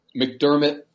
McDermott